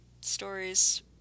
stories